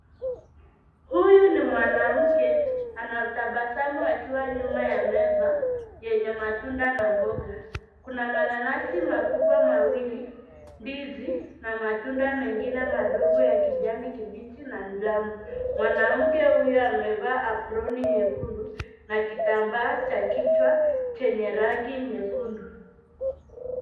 Huyu ni mwanamke anatabasamu akiwa nyuma ya meza yenye matunda na mboga kuna mananasi makubwa mawili ndizi na matunda mengine madogo ya kijani kibichi na njano mwanamke huyu amevaa aproni nyekundu na kitambaa cha kichwa chenye rangi nyekundu.